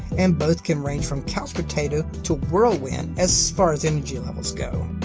and both can range from couch potato to whirlwind as far as energy levels go.